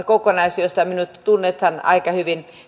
kokonaisuus josta minut tunnetaan aika hyvin